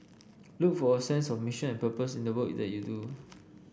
look for a sense of mission and purpose in the work that you do